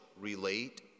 relate